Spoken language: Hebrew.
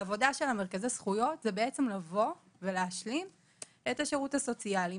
העבודה של מרכזי הזכויות היא לבוא ולהשלים את השירות הסוציאלי: